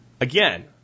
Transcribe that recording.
again